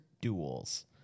Duels